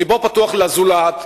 לבו פתוח לזולת,